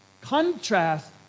Contrast